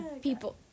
People